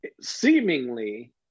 seemingly